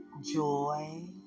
Joy